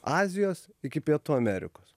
azijos iki pietų amerikos